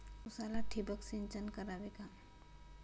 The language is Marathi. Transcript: उसाला ठिबक सिंचन करावे का?